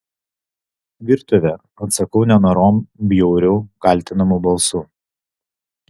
virtuvė atsakau nenorom bjauriu kaltinamu balsu